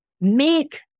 make